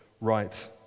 right